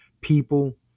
people